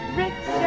rich